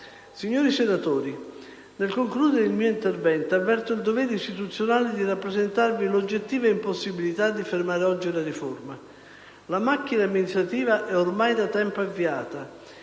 Signori senatori, nel concludere il mio intervento avverto il dovere istituzionale di rappresentarvi l'oggettiva impossibilità di fermare, oggi, la riforma. La macchina amministrativa è ormai da tempo avviata: